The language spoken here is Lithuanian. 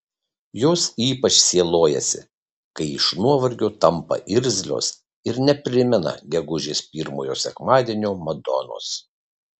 jos ypač sielojasi kai iš nuovargio tampa irzlios ir neprimena gegužės pirmojo sekmadienio madonos